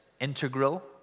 integral